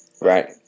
Right